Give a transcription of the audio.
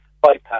bypass